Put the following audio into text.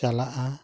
ᱪᱟᱞᱟᱜᱼᱟ